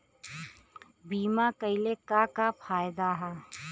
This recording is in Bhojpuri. बीमा कइले का का फायदा ह?